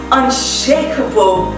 unshakable